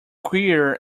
queer